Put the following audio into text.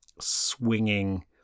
swinging